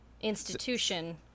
institution